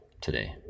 today